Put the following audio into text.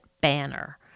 banner